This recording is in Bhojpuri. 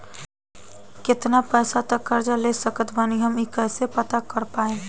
केतना पैसा तक कर्जा ले सकत बानी हम ई कइसे पता कर पाएम?